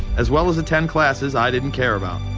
as well as attend classes i didn't care about.